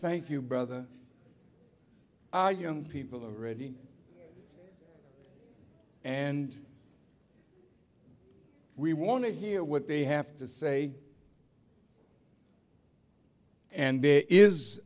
thank you brother our young people are ready and we want to hear what they have to say and there is